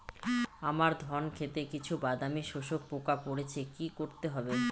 আমার ধন খেতে কিছু বাদামী শোষক পোকা পড়েছে কি করতে হবে?